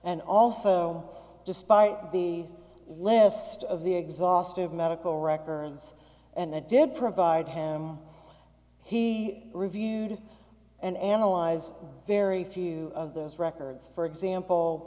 and also despite the list of the exhaustive medical records and the did provide him he reviewed and analyze very few of those records for example